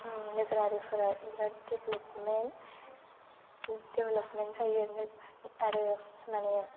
नोगोरारिफोरा बिराद development development जायो आरो माने